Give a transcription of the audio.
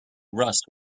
rust